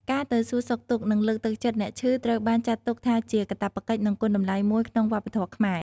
ការទៅសួរសុខទុក្ខ និងលើកទឹកចិត្តអ្នកឈឺ ត្រូវបានចាត់ទុកថាជាកាតព្វកិច្ច និងគុណតម្លៃមួយក្នុងវប្បធម៌ខ្មែរ។